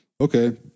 okay